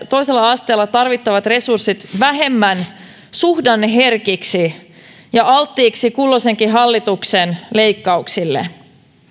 toisella asteella tarvittavat resurssit vähemmän suhdanneherkiksi ja alttiiksi kulloisenkin hallituksen leikkauksille